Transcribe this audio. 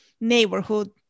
neighborhood